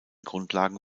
grundlagen